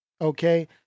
Okay